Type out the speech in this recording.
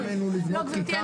לא, גברתי.